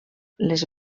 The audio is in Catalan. les